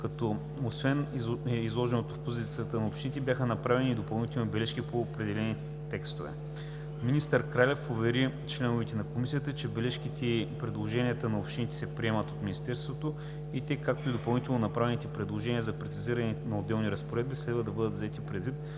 като освен изложеното в позицията на общините, бяха направени и допълнителни бележки по отделни текстове. Министър Кралев увери членовете на Комисията, че бележките и предложенията на общините се приемат от Министерството и те, както и допълнително направените предложения за прецизиране на отделни разпоредби, следва да бъдат взети предвид